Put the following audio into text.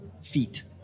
feet